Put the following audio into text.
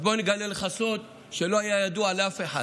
אז בוא אני אגלה לך סוד שלא היה ידוע לאף אחד: